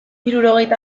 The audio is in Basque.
hirurogeita